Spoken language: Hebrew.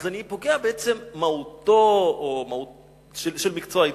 אני פוגע בעצם במהותו של מקצוע העיתונות.